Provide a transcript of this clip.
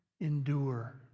endure